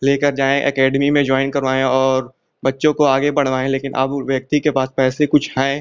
लेकर जाएँ अकैडमी में ज्वॉइन करवाएँ और बच्चों को आगे बढ़वाएँ लेकिन अब व्यक्ति के पास पैसे कुछ हैं